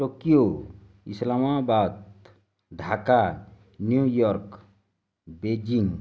Tokyo Islamabad Dhaka New York Beijing